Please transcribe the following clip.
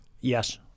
Yes